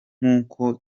nk’uko